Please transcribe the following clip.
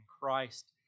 Christ